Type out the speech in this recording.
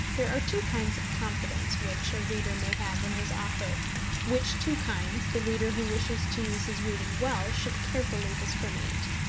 there are two kinds of confidence which a reader may have in his author which two kinds the reader who wishes to use his reading well should carefully discriminate.